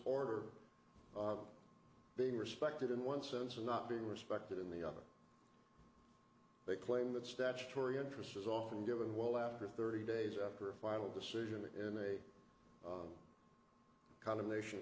order being respected in one sense and not be respected in the other they claim that statutory interest is often given well after thirty days after a final decision in a condemnation